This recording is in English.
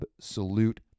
absolute